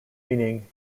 meaning